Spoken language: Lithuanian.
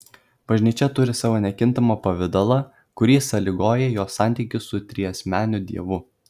bažnyčia turi savo nekintamą pavidalą kurį sąlygoja jos santykis su triasmeniu dievu